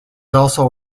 also